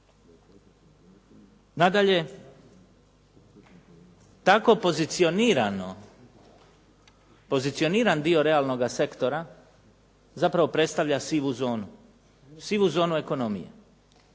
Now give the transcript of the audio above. Nadalje, tako pozicioniran dio realnoga sektora zapravo predstavlja sivu zonu, sivu